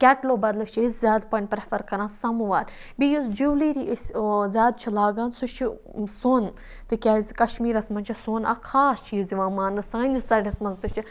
کیٚٹلو بَدلہٕ چھِ أسۍ زیادٕ پَہَن پریٚفَر کَران سَمَوار بیٚیہِ یُس جُولیٚری أسۍ زیادٕ چھِ لاگان سُہ چھُ سۄن تِکیازِ کَشمیٖرَس مَنٛز چھُ سۄن اکھ خاص چیٖز یِوان ماننہٕ سٲنِس سایڈَس مَنٛز تہِ چھِ